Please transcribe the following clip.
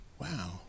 Wow